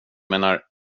menar